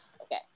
okay